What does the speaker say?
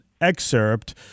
excerpt